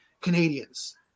Canadians